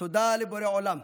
תודה לבורא עולם,